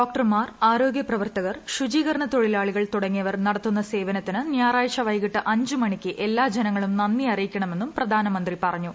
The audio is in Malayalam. ഡോക്ടർമാർ ആരോഗ്യപ്രവർത്തകർ ശുചീകരണ തൊഴിലാളികൾ തുടങ്ങിയവർ നടത്തുന്ന സേവനത്തിന് ഞായറാഴ്ച വൈകിട്ട് അഞ്ച് മണിക്ക് എല്ലാ ജനങ്ങളും നന്ദി അറിയിക്കണമെന്നും പ്രധാനമന്ത്രി പറഞ്ഞു